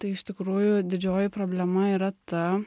tai iš tikrųjų didžioji problema yra ta